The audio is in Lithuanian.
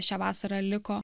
šią vasarą liko